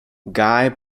guy